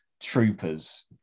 troopers